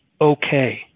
okay